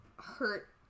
hurt